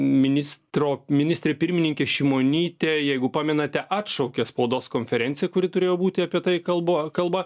ministro ministrė pirmininkė šimonytė jeigu pamenate atšaukė spaudos konferenciją kuri turėjo būti apie tai kalba kalba